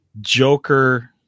Joker